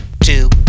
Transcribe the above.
two